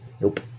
nope